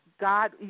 God